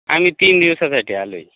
आम्ही तीन दिवसासाठी आलो आहे